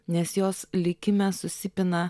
nes jos likime susipina